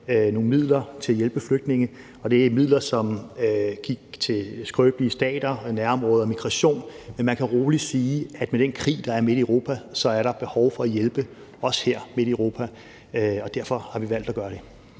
nogle midler til at hjælpe flygtninge. Det er midler, som gik til skrøbelige stater, nærområder og migration, men man kan roligt sige, at med den krig, der er midt i Europa, er der behov for at hjælpe, også her midt i Europa, og derfor har vi valgt at gøre det.